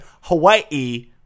Hawaii